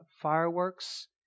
fireworks